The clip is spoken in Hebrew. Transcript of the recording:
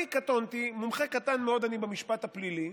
אני קטונתי, אני מומחה קטן מאוד במשפט הפלילי,